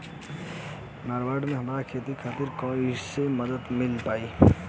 नाबार्ड से हमरा खेती खातिर कैसे मदद मिल पायी?